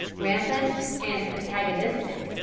rampant and antagonistic,